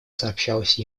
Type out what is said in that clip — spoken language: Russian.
сообщалось